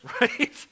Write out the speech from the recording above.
right